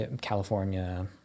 California